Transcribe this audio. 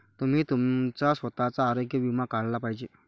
तुम्ही तुमचा स्वतःचा आरोग्य विमा काढला पाहिजे